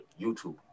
youtube